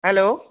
hello